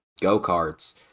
go-karts